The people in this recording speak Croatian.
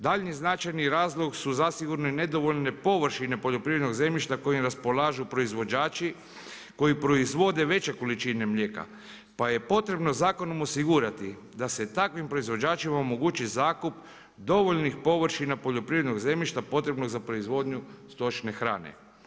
Daljnji značajni razlog su zasigurno i nedovoljne površine poljoprivrednog zemljišta kojim raspolažu proizvođači koji proizvode veće količine mlijeka, pa je potrebno zakonom osigurati da se takvim proizvođačima omogući zakup dovoljnih površina poljoprivrednog zemljišta potrebno za proizvodnju stočne hrane?